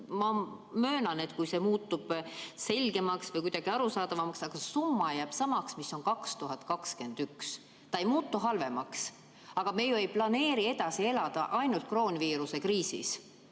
Ma möönan, et see muutub ehk selgemaks või arusaadavamaks, aga summa jääb samaks, mis on aastal 2021, ta ei muutu halvemaks. Aga me ju ei planeeri edasi elada ainult kroonviiruse kriisis.